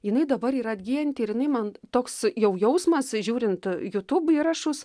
jinai dabar yra atgyjanti ir jinai man toks jau jausmas žiūrint jutub įrašus